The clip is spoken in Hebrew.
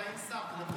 הוא יצא לשירותים,